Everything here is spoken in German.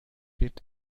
wird